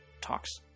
talks